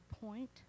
point